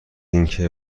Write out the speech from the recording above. اینکه